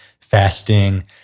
fasting